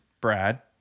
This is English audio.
Brad